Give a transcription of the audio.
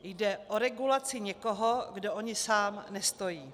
Jde o regulaci někoho, kdo o ni sám nestojí.